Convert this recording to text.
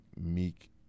Meek